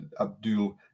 Abdul